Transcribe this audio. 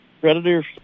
predators